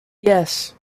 yes